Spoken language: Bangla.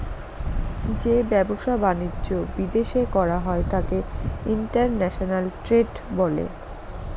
যে ব্যবসা বাণিজ্য বিদেশ করা হয় তাকে ইন্টারন্যাশনাল ট্রেড বলে